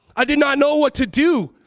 i did not know what to do.